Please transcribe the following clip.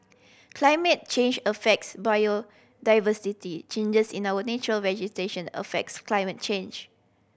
climate change affects biodiversity changes in our natural vegetation affects climate change